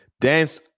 dance